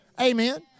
Amen